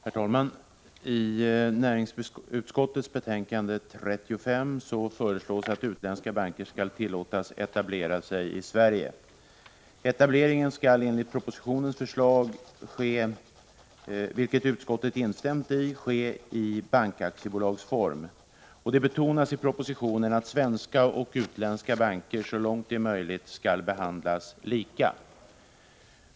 Herr talman! I näringsutskottets betänkande 35 föreslås att utländska banker skall tillåtas etablera sig i Sverige. Etableringen skall enligt propositionens förslag, vilket utskottet instämt i, ske i bankaktiebolags form. Det betonas i propositionen att svenska och utländska banker så långt det är möjligt skall behandlas lika.